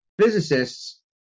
physicists